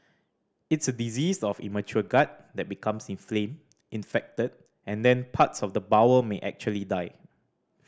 it's a disease of immature gut that becomes inflamed infected and then parts of the bowel may actually die